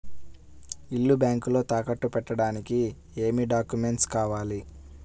ఇల్లు బ్యాంకులో తాకట్టు పెట్టడానికి ఏమి డాక్యూమెంట్స్ కావాలి?